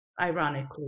ironically